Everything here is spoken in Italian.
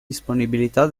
disponibilità